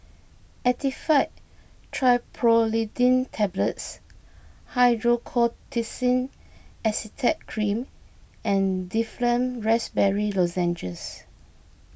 Actifed Triprolidine Tablets Hydrocortisone Acetate Cream and Difflam Raspberry Lozenges